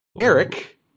Eric